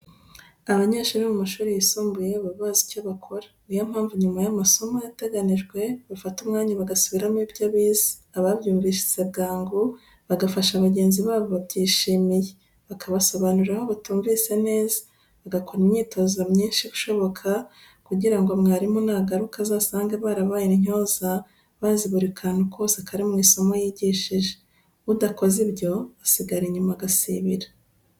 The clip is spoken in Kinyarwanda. Abanyeshuri bo mu mashuri yisumbuye baba bazi icyo bakora, ni yo mpamvu nyuma y'amasomo yateganyijwe bafata umwanya bagasubiramo ibyo bize, ababyumvise bwangu bagafasha bagenzi babo babyishimiye, bakabasobanurira aho batumvise neza, bagakora imyitozo myinshi ishoboka kugira ngo mwarimu nagaruka azasange barabaye intyoza bazi buri kantu kose kari mu isomo yigishije. Udakoze ibyo asigara inyuma agasibira.